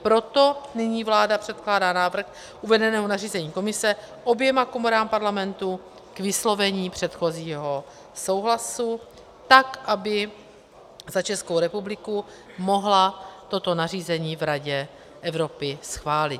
Proto nyní vláda předkládá návrh uvedeného nařízení Komise oběma komorám Parlamentu k vyslovení předchozího souhlasu tak, aby za Českou republiku mohla toto nařízení v Radě Evropy schválit.